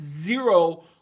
zero